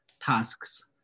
tasks